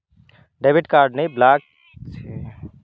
debit కార్డుని block చేయడమనేది net banking ద్వారా కూడా అయితాది